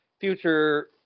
future